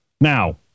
Now